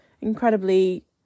incredibly